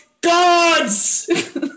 gods